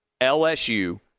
lsu